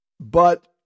But-